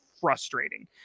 frustrating